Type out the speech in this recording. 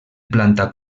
planta